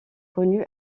connue